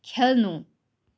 खेल्नु